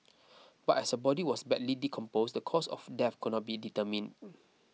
but as her body was badly decomposed the cause of death could not be determined